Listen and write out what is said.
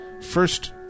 first